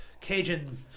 Cajun